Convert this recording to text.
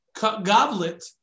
goblet